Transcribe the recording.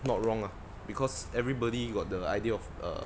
not wrong ah because everybody got the idea of err